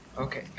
Okay